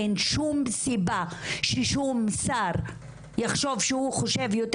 אין שום סיבה ששום שר שיחשוב שהוא חושב יותר